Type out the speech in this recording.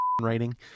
writing